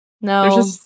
No